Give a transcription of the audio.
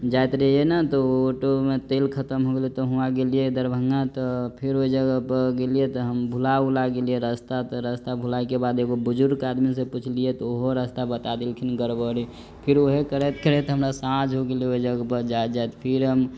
जाइत रहियै न त ऑटो मे तेल खतम हो गेलै त हुवाँ गेलियै दरभङ्गा त फेर ओइ जगह पऽ गेलियै त हम भुला ऊला गेलियै रस्ता त रस्ता भुलाइ के बाद एगो बुजुर्ग आदमी से पुछलियै त ओहो रस्ता बता देलखिन गड़बड़े फिर ऊहे करैत करैत हमरा साँझ हो गेलै ओइ जगह पऽ जाइत जाइत फिर हम